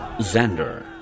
Xander